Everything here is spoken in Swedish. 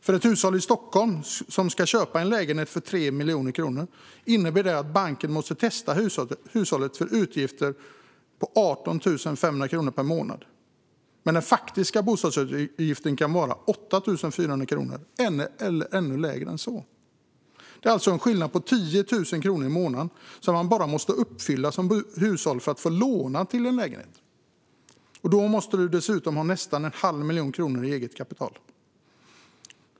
För ett hushåll i Stockholm som ska köpa en lägenhet för 3 miljoner kronor innebär det att banken måste testa hushållet för en bostadsutgift på 18 500 kronor per månad medan den faktiska bostadsutgiften kan vara 8 400 kronor eller mindre. Det är alltså en skillnad på 10 000 kronor i månaden, och det måste man klara för att få låna till en lägenhet. Utöver det måste man ha nästan en halv miljon kronor i eget kapital.